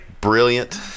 Brilliant